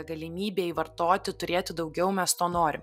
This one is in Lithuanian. galimybei vartoti turėti daugiau mes to norim